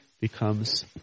becomes